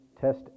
Test